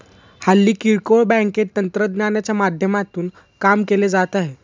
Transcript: हल्ली किरकोळ बँकेत तंत्रज्ञानाच्या माध्यमातून काम केले जात आहे